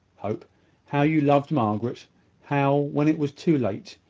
hope how you loved margaret how, when it was too late,